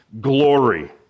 glory